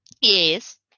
Yes